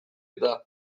eta